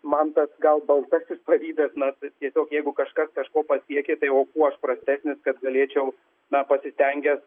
man bet gal baltasis pavydas na bet jeigu jeigu kažkas kažko pasiekė tai o kuo aš prastesnis kad galėčiau na pasistengęs